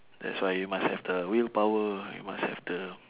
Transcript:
that's why you must have the willpower you must have the